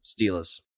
Steelers